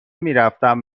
میرفتم